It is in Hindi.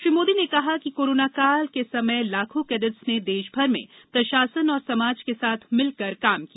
श्री मोदी ने कहा कि कोरोनाकाल के समय लाखों कैडेटों ने देशभर में प्रशासन और समाज के साथ मिलकर काम किया